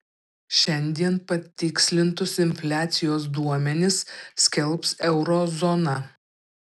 šiandien patikslintus infliacijos duomenis skelbs euro zona